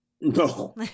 no